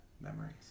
memories